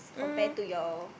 um